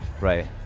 Right